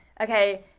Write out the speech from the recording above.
okay